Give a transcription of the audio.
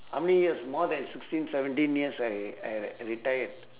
how many years more than sixteen seventeen years I I re~ I retired